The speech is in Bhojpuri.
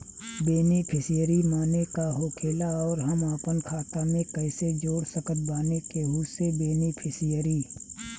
बेनीफिसियरी माने का होखेला और हम आपन खाता मे कैसे जोड़ सकत बानी केहु के बेनीफिसियरी?